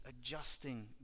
adjusting